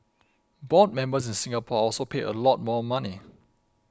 board members in Singapore are also paid a lot more money